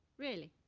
really.